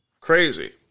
crazy